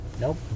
Nope